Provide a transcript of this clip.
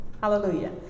Hallelujah